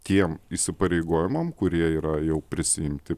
tiem įsipareigojimam kurie yra jau prisiimti